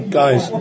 guys